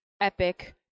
Epic